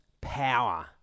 power